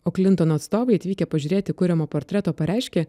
o klintono atstovai atvykę pažiūrėti kuriamo portreto pareiškė